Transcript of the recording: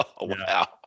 Wow